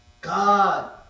God